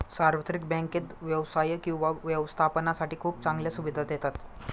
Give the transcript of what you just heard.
सार्वत्रिक बँकेत व्यवसाय किंवा व्यवस्थापनासाठी खूप चांगल्या सुविधा देतात